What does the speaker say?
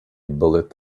bullet